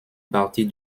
partie